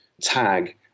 tag